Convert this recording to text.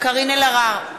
קארין אלהרר,